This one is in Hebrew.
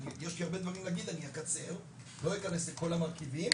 יש לי הרבה דברים לומר אבל אני אקצר ולא אכנס לכל המרכיבים